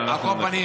על כל פנים,